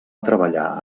treballar